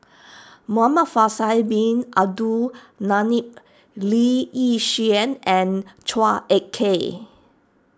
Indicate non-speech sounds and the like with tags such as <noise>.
<noise> Muhamad Faisal Bin Abdul Manap Lee Yi Shyan and Chua Ek Kay